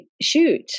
shoot